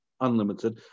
unlimited